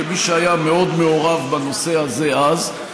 כמי שהיה מאוד מעורב בנושא הזה אז,